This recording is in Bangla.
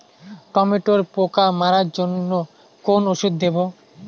টমেটোর পোকা মারার জন্য কোন ওষুধ দেব?